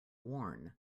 worn